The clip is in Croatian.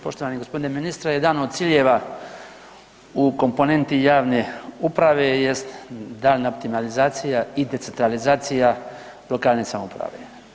Poštovani gospodine ministre, jedan od ciljeva u komponenti javne uprave jest daljnja optimalizacija i decentralizacija lokalne samouprave.